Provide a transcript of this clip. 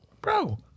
Bro